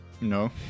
No